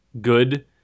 good